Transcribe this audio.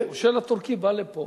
המושל הטורקי בא לפה